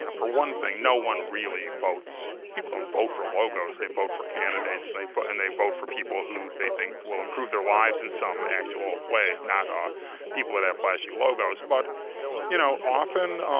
and for one thing, no one really votes, people don't vote for logos, they vote for candidates and they vote and they vote for people who they think will improve their lives in some actual way, not ah people that have flashy logos. but you know often, um